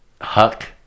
Huck